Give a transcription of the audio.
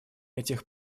этих